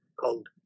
called